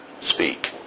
speak